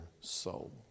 soul